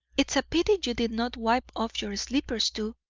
it's a pity you did not wipe off your slippers too,